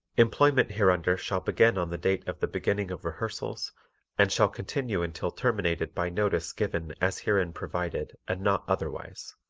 employment hereunder shall begin on the date of the beginning of rehearsals and shall continue until terminated by notice given as herein provided and not otherwise.